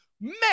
man